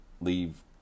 leave